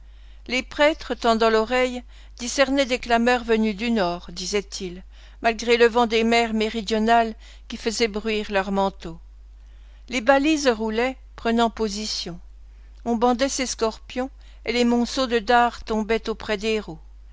les prêtres tendant l'oreille discernaient des clameurs venues du nord disaient-ils malgré le vent des mers méridionales qui faisait bruire leurs manteaux les balises roulaient prenant position on bandait ses scorpions et les monceaux de dards tombaient auprès des